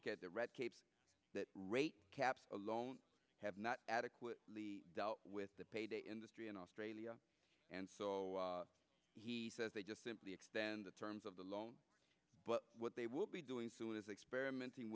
the get the red tape that rate caps alone have not adequately dealt with the payday industry in australia and so he says they just simply extend the terms of the loan but what they will be doing soon is experimenting